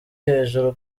hejuru